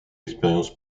expérience